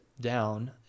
down